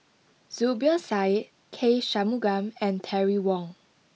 Zubir Said K Shanmugam and Terry Wong